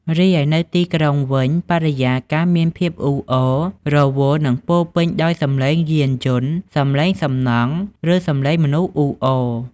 រីឯនៅទីក្រុងវិញ បរិយាកាស មានភាពអ៊ូអរ រវល់ និងពោរពេញដោយ សំឡេង យានយន្ត សំឡេងសំណង់ ឬសំឡេងមនុស្សអ៊ូអរ។